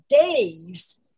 days